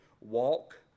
walk